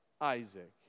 Isaac